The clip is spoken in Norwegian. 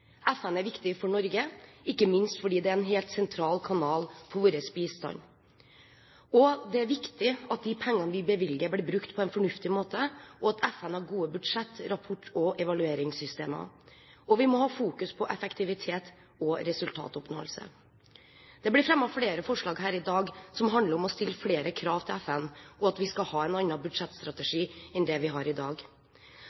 FN er viktig for Norge, ikke minst fordi det er en helt sentral kanal for vår bistand. Det er viktig at de pengene vi bevilger, blir brukt på en fornuftig måte, og at FN har gode budsjett-, rapporterings- og evalueringssystemer. Og vi må ha fokus på effektivitet og resultatoppnåelse. Det blir fremmet flere forslag her i dag som handler om å stille flere krav til FN og at vi skal ha en annen budsjettstrategi